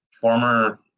former